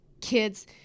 kids